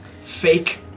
fake